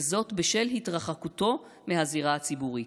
וזאת בשל התרחקותו מהזירה הציבורית".